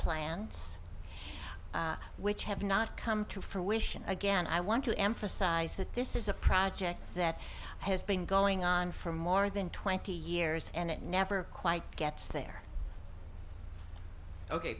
plants which have not come to fruition again i want to emphasize that this is a project that has been going on for more than twenty years and it never quite gets there ok